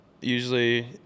usually